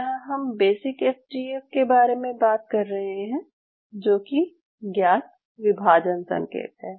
यहाँ हम basic F G F के बारे में बात कर रहे हैं जो कि ज्ञात विभाजन संकेत है